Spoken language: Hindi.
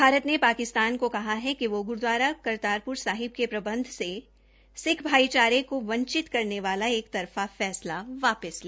भारत ने पाकिस्तान को जा रहे कहा कि गुरूदवारा करतारपुर साहिब के प्रबंध से सिक्ख भाईचारे को वंचित करने वाला एक तरफा फैसला वापस ले